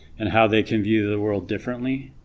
and how they can view the world differently,